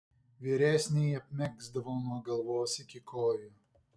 vyresnįjį apmegzdavau nuo galvos iki kojų